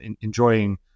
enjoying